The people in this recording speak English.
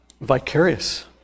vicarious